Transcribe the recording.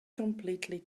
completely